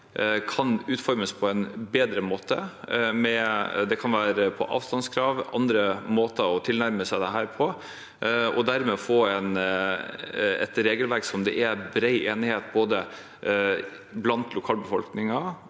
kan utformes på en bedre måte. Det kan gjelde avstandskrav og andre måter å tilnærme seg dette på. Dermed kan man få et regelverk som det er bred enighet om både blant lokalbefolkningen